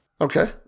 Okay